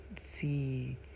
see